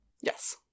Yes